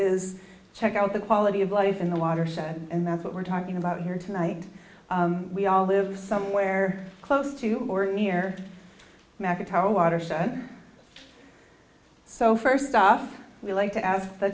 is check out the quality of life in the watershed and that's what we're talking about here tonight we all live somewhere close to or near mcintyre a watershed so first off we like to ask the